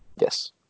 Yes